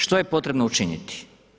Što je potrebno učiniti?